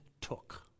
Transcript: took